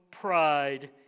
pride